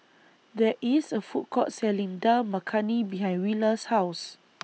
There IS A Food Court Selling Dal Makhani behind Willa's House